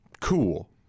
Cool